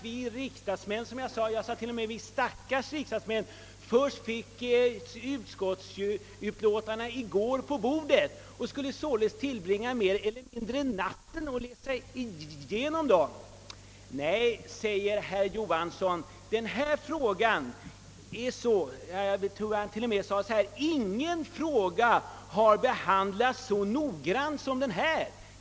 Vad jag sade var att vi stackars riksdagsmän fick utskottsutlåtandena på bordet först i går och alltså måste använda natten till att läsa dem. Ingen fråga har, framhöll herr Johansson, behandlats så noggrant som denna.